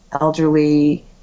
elderly